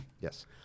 Yes